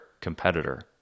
competitor